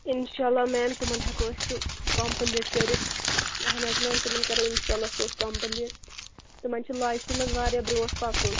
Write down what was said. انشاء اللہ میم تِمن ہیٚکو أسۍ سُہ کَمپٕلیٖٹ کٔرِتھ اہن حظ میم تِمن کَرو انشاء اللہ سُہ أسۍ کَمپٕلیٖٹ تِمن چھُ لایفہِ منٛز واریاہ برونٛٹھ پَکُن